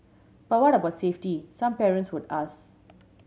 but what about safety some parents would ask